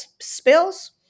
spills